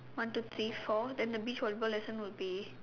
one two three four then the beach volleyball lesson would be